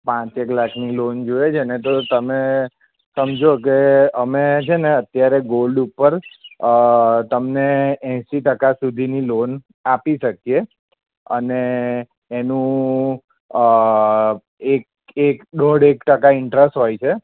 પાંચેક લાખની લોન જોઈએ છેને તો તમે સમજો કે અમે છે ને અત્યારે ગોલ્ડ ઉપર તમને એંશી ટકા સુધીની લોન આપી શકીએ અને એનું એક એક દોઢેક ટકા ઇન્ટરેસ્ટ હોય છે